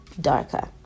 darker